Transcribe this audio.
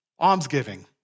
Almsgiving